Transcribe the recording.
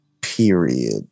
Period